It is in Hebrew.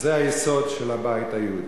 זה היסוד של הבית היהודי.